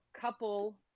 couple